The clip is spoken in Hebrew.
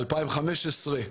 ב-2015,